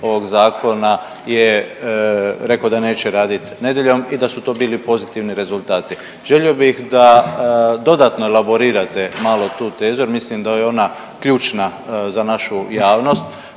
ovog zakona je rekao da neće radit nedjeljom i da su to bili pozitivni rezultati. Želio bih da dodatno elaborirate malo tu tezu jer mislim da je ona ključna za našu javnost,